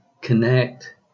connect